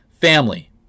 family